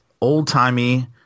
old-timey